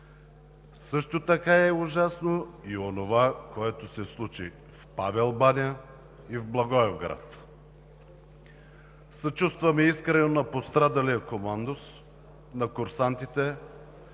Също така е ужасно и онова, което се случи в Павел баня и в Благоевград. Съчувстваме искрено и на пострадалия командос, на курсантите,